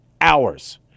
hours